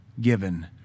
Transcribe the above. given